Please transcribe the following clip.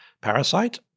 parasite